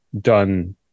done